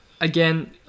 Again